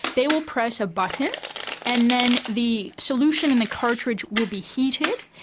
they will press a button and then the solution in the cartridge will be heated,